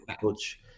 coach